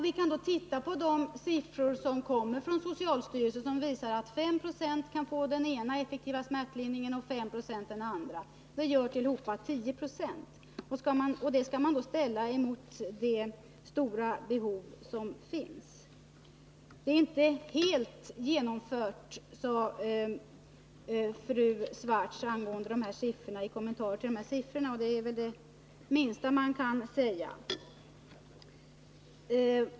Vi kan titta på de siffror som kommer från socialstyrelsen och som visar att 5 26 kan få den ena effektiva smärtlindringen och 5 96 den andra. Det utgör tillsammans 10 96. Dessa siffror skall man då ställa mot det stora behov som finns. Smärtlindringen är inte helt genomförd, sade fru Swartz som kommentar till de här siffrorna. Det är väl det minsta man kan säga!